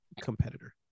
competitor